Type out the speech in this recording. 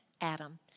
Adam